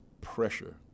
pressure